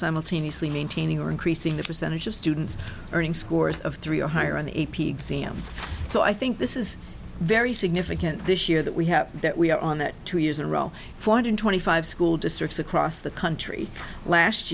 simultaneously maintaining or increasing the percentage of students earning scores of three or higher on the a p exams so i think this is very significant this year that we have that we are on that two years and roll four hundred twenty five school districts across the country last